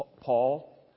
Paul